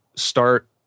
Start